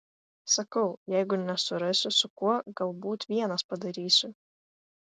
sakau jeigu nesurasiu su kuo galbūt vienas padarysiu